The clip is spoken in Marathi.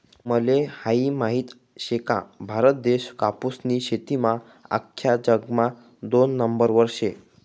तुम्हले हायी माहित शे का, भारत देश कापूसनी शेतीमा आख्खा जगमा दोन नंबरवर शे